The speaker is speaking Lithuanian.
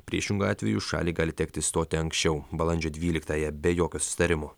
priešingu atveju šaliai gali tekti išstoti anksčiau balandžio dvyliktąją be jokio susitarimo